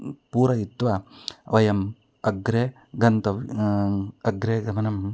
पूरयित्वा वयम् अग्रे गन्तव्यम् अग्रे गमनम्